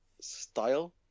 style